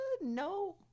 No